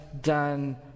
done